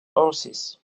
horses